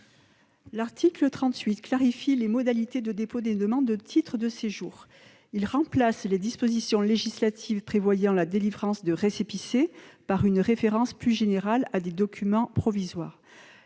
L'article 38 clarifie les modalités de dépôt des demandes de titres de séjour. Il remplace les dispositions législatives prévoyant la délivrance de récépissés par une référence plus générale à des documents provisoires.